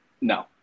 No